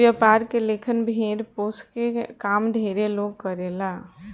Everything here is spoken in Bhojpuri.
व्यापार के लेखन भेड़ पोसके के काम ढेरे लोग करेला